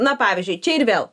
na pavyzdžiui čia ir vėl